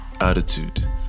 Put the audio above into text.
attitude